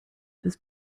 this